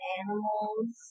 animals